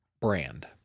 brand